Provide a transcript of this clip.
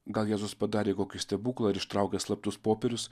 gal jėzus padarė kokį stebuklą ir ištraukė slaptus popierius